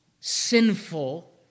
sinful